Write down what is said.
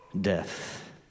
death